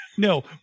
No